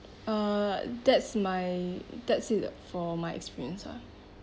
uh that's my that's it for my experience uh